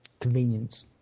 Convenience